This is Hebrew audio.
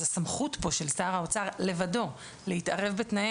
כאן הסמכות של שר האוצר לבדו להתערב בתנאי